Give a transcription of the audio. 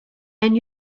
and